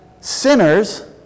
sinners